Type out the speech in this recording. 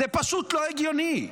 זה פשוט לא הגיוני.